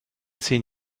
zehn